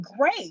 great